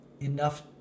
enough